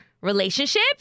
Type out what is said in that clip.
relationship